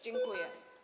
Dziękuję.